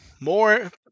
more